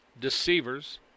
deceivers